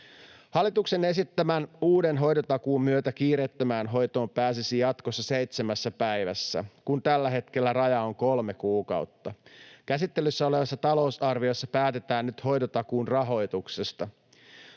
Hallituksen esittämän uuden hoitotakuun myötä kiireettömään hoitoon pääsisi jatkossa seitsemässä päivässä, kun tällä hetkellä raja on kolme kuukautta. Käsittelyssä olevassa talousarviossa päätetään nyt hoitotakuun rahoituksesta.